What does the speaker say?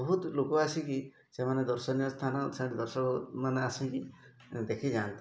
ବହୁତ ଲୋକ ଆସିକି ସେମାନେ ଦର୍ଶନୀୟ ସ୍ଥାନ ସେଆଡ଼େ ଦର୍ଶକମାନେ ଆସିକି ଦେଖିଯାଆନ୍ତି